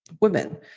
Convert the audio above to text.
women